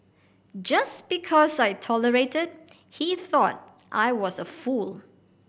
just because I tolerated he thought I was a fool